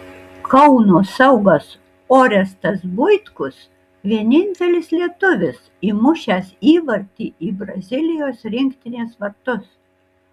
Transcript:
kauno saugas orestas buitkus vienintelis lietuvis įmušęs įvartį į brazilijos rinktinės vartus